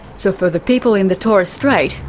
so for the people in the torres strait,